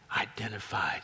identified